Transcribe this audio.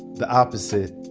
the opposite.